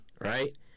right